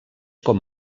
com